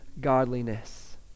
godliness